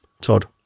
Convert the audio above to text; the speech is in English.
Todd